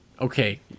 Okay